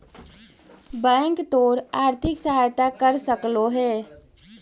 bank तोर आर्थिक सहायता कर सकलो हे